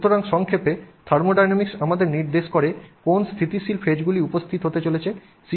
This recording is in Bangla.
সুতরাং সংক্ষেপে থার্মোডাইনামিক্স আমাদের নির্দেশ করে কোন স্থিতিশীল ফেজগুলি উপস্থিত হতে চলেছে